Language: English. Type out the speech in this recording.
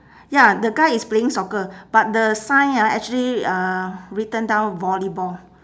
ya the guy is playing soccer but the sign ah actually uh written down volleyball